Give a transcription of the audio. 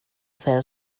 fell